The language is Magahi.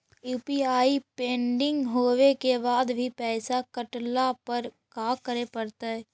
यु.पी.आई पेंडिंग होवे के बाद भी पैसा कटला पर का करे पड़तई?